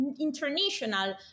international